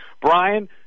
Brian